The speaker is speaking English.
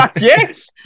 yes